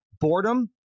Boredom